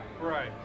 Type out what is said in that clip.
Right